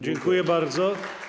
Dziękuję bardzo.